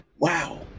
wow